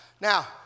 Now